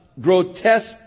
grotesque